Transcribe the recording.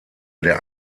der